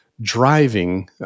driving